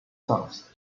sons